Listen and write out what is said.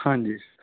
ਹਾਂਜੀ